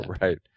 right